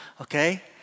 okay